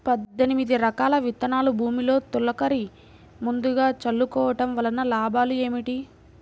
పద్దెనిమిది రకాల విత్తనాలు భూమిలో తొలకరి ముందుగా చల్లుకోవటం వలన లాభాలు ఏమిటి?